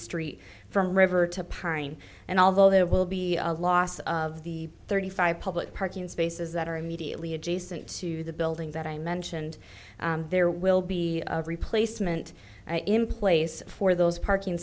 street from river to pine and although there will be a loss of the thirty five public parking spaces that are immediately adjacent to the building that i mentioned there will be a replacement in place for those parking